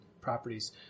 properties